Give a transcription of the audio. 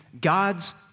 God's